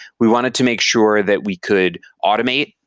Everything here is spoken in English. we wanted to make sure that we could automate,